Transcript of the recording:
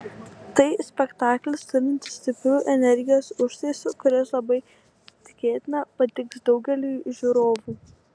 tai spektaklis turintis stiprų energijos užtaisą kuris labai tikėtina patiks daugeliui žiūrovų